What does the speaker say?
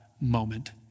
moment